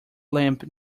lamp